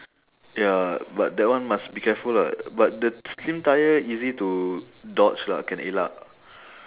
ya but that one must be careful lah but the slim tyre easy to dodge lah can elak